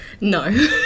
No